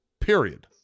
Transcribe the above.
Period